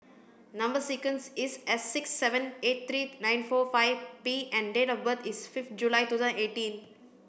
number sequence is S six seven eight three nine four five P and date of birth is fifth July two thousand eighteen